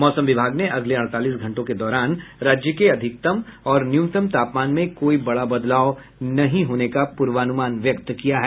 मौसम विभाग ने अगले अड़तालीस घंटों के दौरान राज्य के अधिकतम और न्यूनतम तापमान में कोई बड़ा बदलाव नहीं होने का पूर्वानुमान व्यक्त किया है